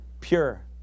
Pure